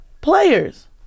players